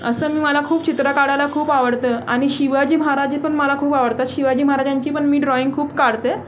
असं मी मला खूप चित्र काढायला खूप आवडतं आणि शिवाजी महाराज पण मला खूप आवडतात शिवाजी महाराजांची पण मी ड्रॉईंग खूप काढते